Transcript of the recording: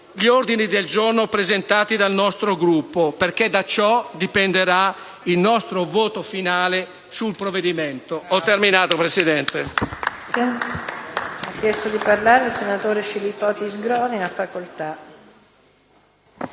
gli ordini del giorno presentati dal nostro Gruppo, perché da ciò dipenderà il nostro voto finale sul provvedimento. *(Applausi